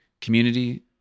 community